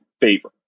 favor